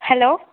hello